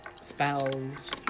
spells